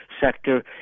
sector